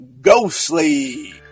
Ghostly